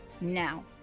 now